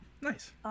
Nice